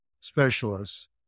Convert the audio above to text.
specialists